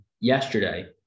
yesterday